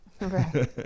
Right